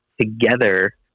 together